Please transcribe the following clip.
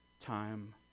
time